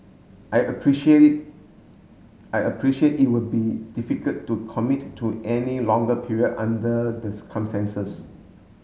I appreciate it I appreciate it would be difficult to commit to any longer period under the circumstances